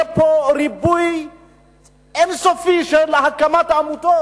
יהיה פה ריבוי אין-סופי של הקמת עמותות